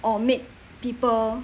or make people